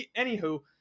anywho